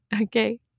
okay